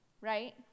right